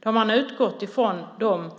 Där har man utgått från de